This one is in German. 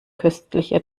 köstliche